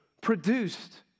produced